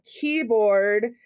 keyboard